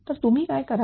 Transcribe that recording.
तर तुम्ही काय करा